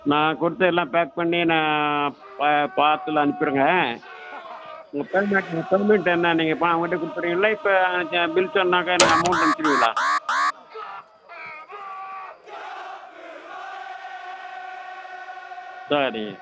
நான் கொடுத்த எல்லா பேக் பண்ணி நான் பார்ஸல் அனுப்பிருங்க உங்கள் பெர்மனண்ட் பெர்மனண்ட் என்ன நீங்கள் பணம் அவங்கள்கிட்ட கொடுத்துட்றிங்களா இப்போ பில் சொன்னாக்கா நீங்கள் அமௌண்ட் அனுப்பிசிடுவிங்களா சரிங்க